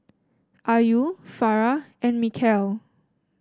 Ayu Farah and Mikhail